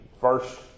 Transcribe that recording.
First